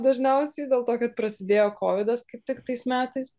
dažniausiai dėl to kad prasidėjo kovidas kaip tik tais metais